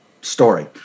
story